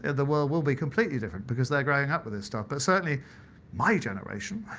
the world will be completely different because they're growing up with this stuff. but certainly my generation.